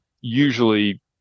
usually